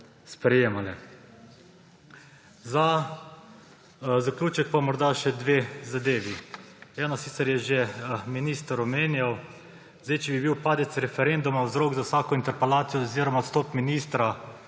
sprejemale. Za zaključek pa morda še dve zadevi. Eno sicer je že minister omenjal. Sedaj, če bi bil padec referenduma vzrok za vsako interpelacijo oziroma odstop ministra,